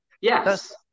Yes